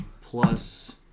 plus